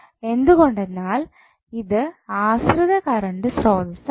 എന്തുകൊണ്ടെന്നാൽ ഇത് ആശ്രിത കറണ്ട് സ്രോതസ്സ് ആണ്